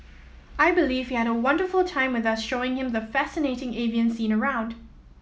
I believe he had a wonderful time with us showing him the fascinating avian scene around